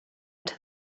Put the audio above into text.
into